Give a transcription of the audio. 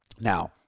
now